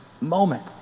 moment